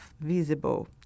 visible